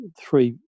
three